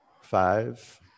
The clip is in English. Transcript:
Five